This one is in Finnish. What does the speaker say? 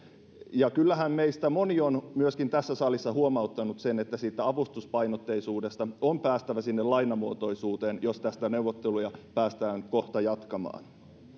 ja kyllähän meistä moni on myöskin tässä salissa huomauttanut että siitä avustuspainotteisuudesta on päästävä sinne lainamuotoisuuteen jos tästä neuvotteluja päästään kohta jatkamaan